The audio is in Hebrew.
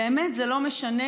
באמת זה לא משנה,